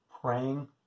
praying